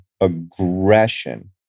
aggression